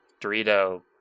Dorito